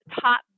top